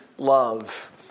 Love